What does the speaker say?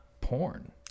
porn